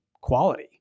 quality